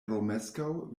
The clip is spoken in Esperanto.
romeskaŭ